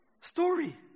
story